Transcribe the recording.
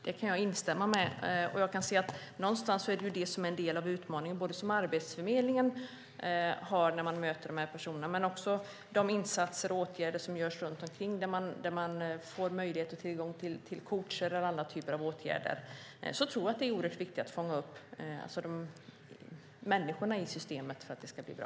Fru talman! Det kan jag instämma i. Jag kan se att det är en del av utmaningen. Det gäller när Arbetsförmedlingen möter de här personerna men också de insatser och åtgärder som görs runt omkring, där man får möjlighet och tillgång till coacher eller andra typer av åtgärder. Jag tror att det är oerhört viktigt att fånga upp människorna i systemet för att det ska bli bra.